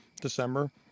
December